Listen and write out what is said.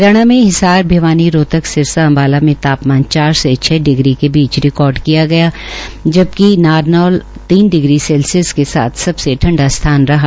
हरियाणा में हिसार भिवानी रोहतक सिरसा अम्बाला में तापमान चार से छ डिग्री सेल्सियस के बीच रिकार्ड किया जबकि नारनौल तीन डिग्री सेल्सियस के साथ सबसे ठंडा स्थान रहा